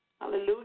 Hallelujah